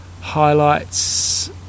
Highlights